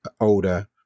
older